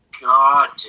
God